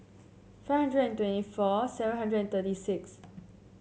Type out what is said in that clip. five hundred and twenty four seven hundred and thirty six